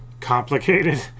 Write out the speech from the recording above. complicated